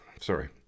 Sorry